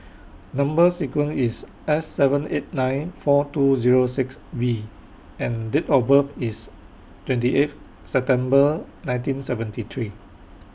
Number sequence IS S seven eight nine four two Zero six V and Date of birth IS twenty eighth September nineteen seventy three